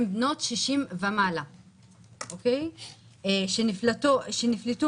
אלה נשים בנות 60 ומעלה שנפלטו משוק